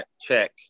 check